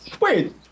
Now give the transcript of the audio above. wait